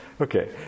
Okay